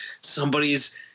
somebody's